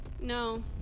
No